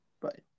bye